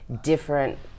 different